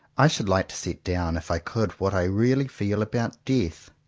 i should like to set down, if i could what i really feel about death.